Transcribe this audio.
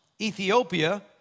Ethiopia